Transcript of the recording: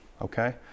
okay